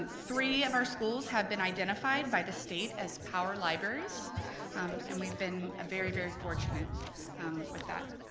three of our schools have been identified by the state as power libraries and we've been very, very fortunate with that.